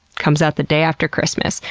comes out the day after christmas!